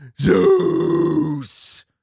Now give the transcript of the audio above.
Zeus